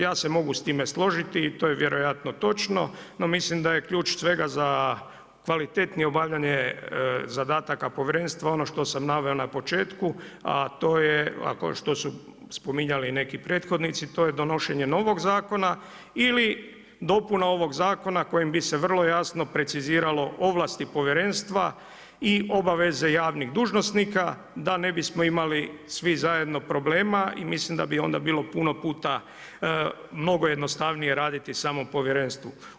Ja se mogu s time složiti i to je vjerojatno točno no mislim da je ključ svega za kvalitetnije obavljanje zadataka povjerenstva ono što sam naveo na početku a to je što su spominjali i neki prethodnici, to je donošenje novog zakona ili dopuna ovog zakona kojim bi se vrlo jasno preciziralo ovlasti povjerenstva i obaveze javnih dužnosnika da ne bismo imali svi zajedno probleme i mislim da bi onda bilo puno puta mnogo jednostavnije raditi samom povjerenstvu.